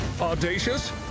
Audacious